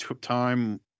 time